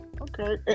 okay